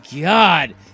God